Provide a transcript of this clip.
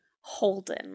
Holden